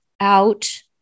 out